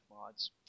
mods